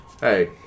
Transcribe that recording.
Hey